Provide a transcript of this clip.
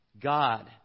God